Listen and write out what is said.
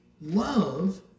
love